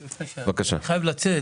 כן, אני פשוט חייב לצאת.